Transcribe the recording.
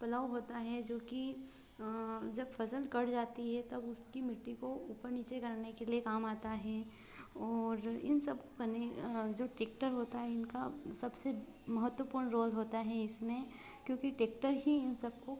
Palau होता है जो कि जब फसल कट जाती है तब उसकी मिट्टी को ऊपर नीचे करने के लिए काम आता हे और इन सब करने जो टेक्टर होता है इनका सबसे महत्वपूर्ण रोल होता है इसमें क्योंकि टेक्टर ही इन सब को